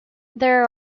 there